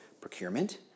procurement